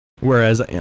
Whereas